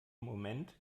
moment